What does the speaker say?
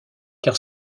car